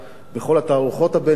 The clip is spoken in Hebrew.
בכל התערוכות הבין-לאומיות,